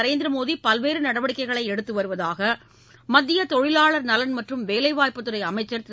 நரேந்திர மோடி பல்வேறு நடவடிக்கைகளை எடுத்து வருவதாக மத்திய தொழிவாளர் நலன் மற்றும் வேலைவாய்ப்புத்துறை அமைச்சர் திரு